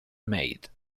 made